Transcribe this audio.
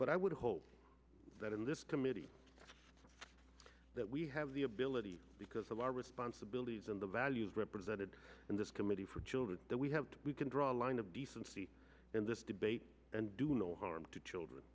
but i would hope that in this committee that we have the ability because a lot of responsibilities and the values represented in this committee for children that we have we can draw a line of decency in this debate and do no harm to children